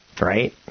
right